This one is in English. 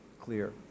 clear